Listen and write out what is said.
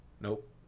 Nope